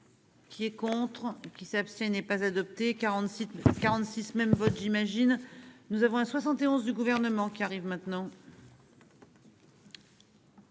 Qui est contre qui s'abstiennent n'est pas adopté 46 46 même votre j'imagine. Nous avons à 71 du gouvernement qui arrive maintenant.